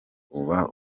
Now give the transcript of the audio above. uba